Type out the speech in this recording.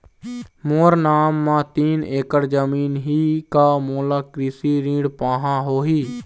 मोर नाम म तीन एकड़ जमीन ही का मोला कृषि ऋण पाहां होही?